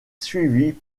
suivi